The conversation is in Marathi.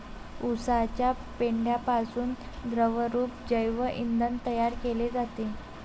उसाच्या पेंढ्यापासून द्रवरूप जैव इंधन तयार केले जाते